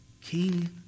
King